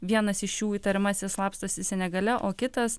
vienas iš jų įtariamasis slapstosi senegale o kitas